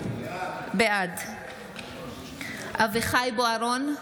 בעד אביחי אברהם בוארון,